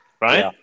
right